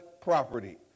property